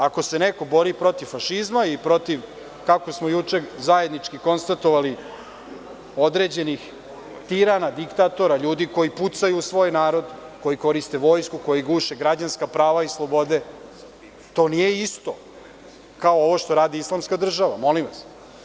Ako se neko bori protiv fašizma i protiv, kako smo juče zajednički konstatovali, određenih tirana, diktatora, ljudi koji pucaju u svoj narod, koji koriste vojsku, koji guše građanska prava i slobode, to nije isto kao ovo što radi islamska država, molim vas.